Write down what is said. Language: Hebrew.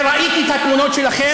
וראיתי את התמונות שלכם,